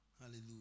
Hallelujah